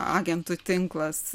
agentų tinklas